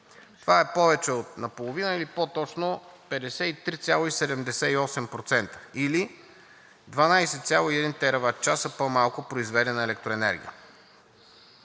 Това е повече от наполовина, или по-точно 53,78%, или 12,1 тераватчаса по-малко произведена електроенергия